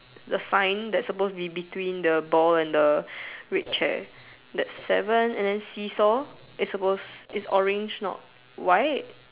the sign that's suppose to be between the ball and the red chair that's seven and then see saw it's suppose it's orange not white